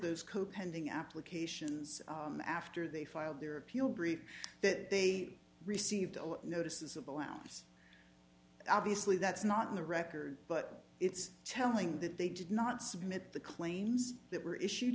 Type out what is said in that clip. code pending applications after they filed their appeal brief that they received a noticeable ounce obviously that's not in the record but it's telling that they did not submit the claims that were issued